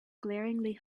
glaringly